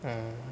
err